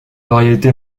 variété